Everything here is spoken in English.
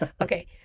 Okay